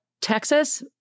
Texas